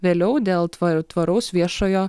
vėliau dėl tva tvaraus viešojo